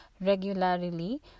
regularly